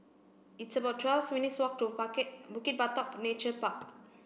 it's about twelve minutes walk to Bukit Batok Nature Park